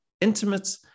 intimate